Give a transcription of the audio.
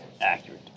accurate